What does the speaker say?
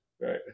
right